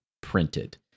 printed